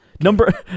Number